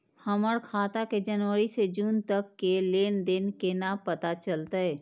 हमर खाता के जनवरी से जून तक के लेन देन केना पता चलते?